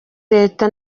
leta